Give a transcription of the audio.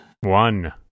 one